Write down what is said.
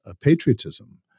patriotism